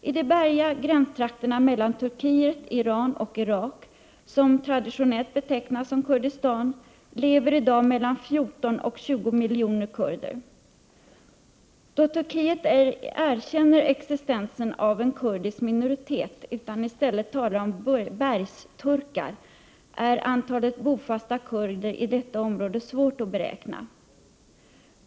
I de bergiga gränstrakterna mellan Turkiet, Iran och Irak, som traditionellt betecknas som Kurdistan, lever i dag mellan 14 och 20 miljoner kurder. Då Turkiet ej erkänner existensen av en kurdisk minoritet utan i stället talar om bergsturkar, är antalet bofasta kurder i detta område svårt att beräkna.